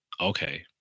okay